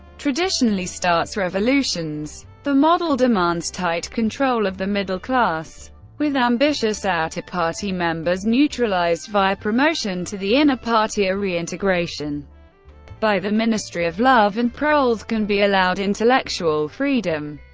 traditionally starts revolutions. the model demands tight control of the middle class, with ambitious outer-party members neutralised via promotion to the inner party or reintegration by the ministry of love, and proles can be allowed intellectual freedom,